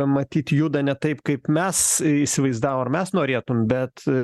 matyt juda ne taip kaip mes įsivaizdavom ar mes norėtum bet